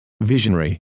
Visionary